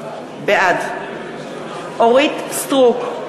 בעד אורית סטרוק,